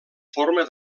forma